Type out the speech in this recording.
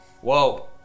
whoa